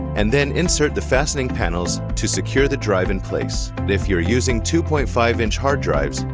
and then insert the fastening panels to secure the drive in place. if you're using two point five inch hard drives,